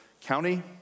county